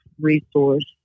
resource